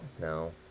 No